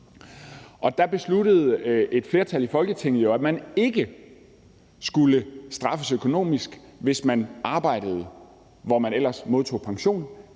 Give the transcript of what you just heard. Der besluttede et flertal i Folketinget jo, at man ikke skulle straffes økonomisk, hvis man arbejdede, hvor man ellers modtog pension,